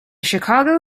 chicago